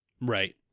Right